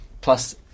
plus